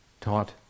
taught